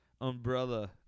Umbrella